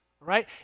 Right